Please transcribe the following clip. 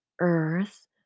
earth